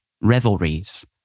Revelries